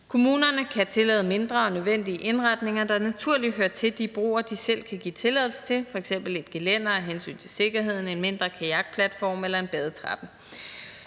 Kommunerne kan tillade mindre, nødvendige indretninger, der naturligt hører til de broer, de selv kan give tilladelse til, f.eks. et gelænder af hensyn til sikkerheden, en mindre kajakplatform eller en badetrappe.